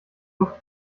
luft